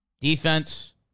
Defense